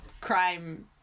crime